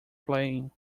playing